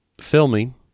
filming